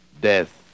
Death